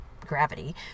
gravity